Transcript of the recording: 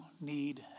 need